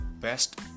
best